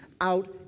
out